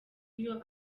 iyo